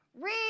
Read